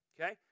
Okay